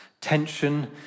Tension